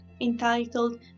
entitled